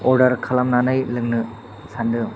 order खालामनानै लोंनो सान्दों